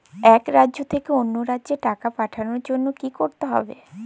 এক রাজ্য থেকে অন্য রাজ্যে টাকা পাঠানোর জন্য কী করতে হবে?